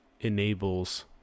enables